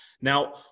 Now